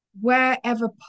wherever